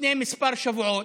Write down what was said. לפני כמה שבועות,